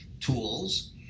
tools